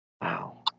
Wow